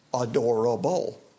adorable